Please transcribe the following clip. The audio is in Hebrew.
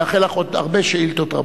ומאחל לך עוד הרבה שאילתות.